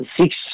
six